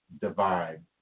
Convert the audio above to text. divide